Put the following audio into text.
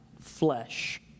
flesh